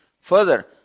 Further